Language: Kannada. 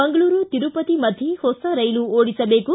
ಮಂಗಳೂರು ತಿರುಪತಿ ಮಧ್ಯೆ ಹೊಸ ರೈಲು ಓಡಿಸಬೇಕು